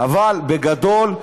אבל בגדול,